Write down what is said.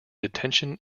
detention